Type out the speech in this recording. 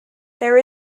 there